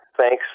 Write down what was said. Thanks